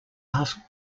asked